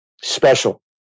Special